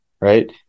right